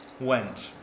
went